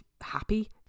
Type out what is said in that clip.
happy